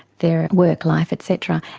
their work life et cetera,